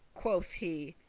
quoth he,